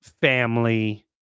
family